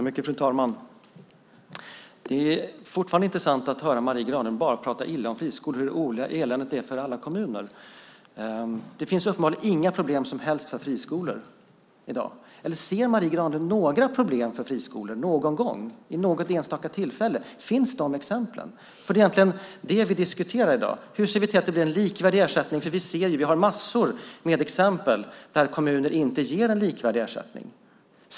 Fru talman! Det är fortfarande intressant att höra Marie Granlund bara prata illa om friskolor och hur eländigt det är för alla kommuner. Det finns uppenbarligen inga som helst problem för friskolor i dag. Eller ser Marie Granlund några problem för friskolor någon gång vid något enstaka tillfälle? Finns de exemplen? Det är det vi diskuterar i dag: Hur ser vi till att det blir en likvärdig ersättning? Vi har massor med exempel på att kommuner inte ger en likvärdig ersättning.